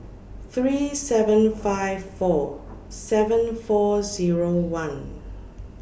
three seven five four seven four Zero one